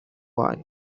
why